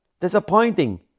Disappointing